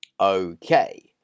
Okay